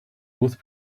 both